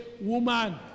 woman